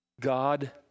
God